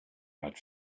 had